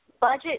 Budget